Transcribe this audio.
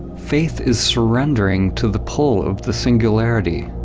faith is surrendering to the pull of the singularity,